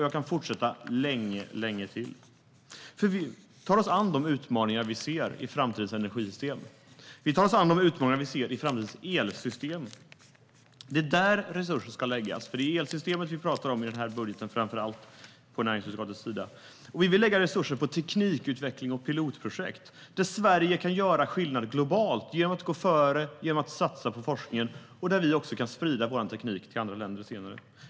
Jag kan fortsätta länge till. Vi tar oss an de utmaningar vi ser i framtidens energisystem och elsystem. Det är där resurser ska läggas. Det är framför allt elsystemet vi talar om i budgeten som näringsutskottet behandlar. Vi vill lägga resurser på teknikutveckling och pilotprojekt. Där kan Sverige göra skillnad globalt genom att gå före och satsa på forskningen. Vi kan därmed sprida vår teknik till andra länder senare.